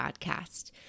podcast